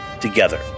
together